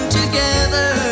together